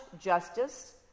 justice